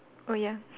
oh ya